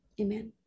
Amen